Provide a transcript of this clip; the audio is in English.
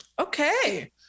Okay